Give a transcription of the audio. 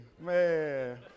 Man